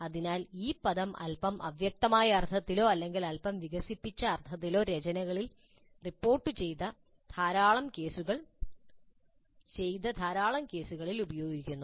അതിനാൽ ഈ പദം അല്പം അവ്യക്തമായ അർത്ഥത്തിലോ അല്ലെങ്കിൽ അല്പം വികസിപ്പിച്ച അർത്ഥത്തിലോ രചനകളിൽ റിപ്പോർട്ടുചെയ്ത ധാരാളം കേസുകളിൽ ഉപയോഗിക്കുന്നു